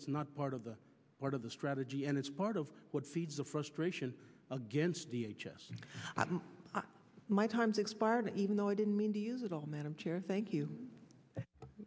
it's not part of the part of the strategy and it's part of what feeds the frustration against the h s my time's expired even though i didn't mean to use it all madam chair thank you